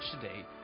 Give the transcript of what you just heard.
today